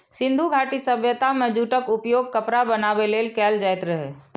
सिंधु घाटी सभ्यता मे जूटक उपयोग कपड़ा बनाबै लेल कैल जाइत रहै